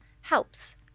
helps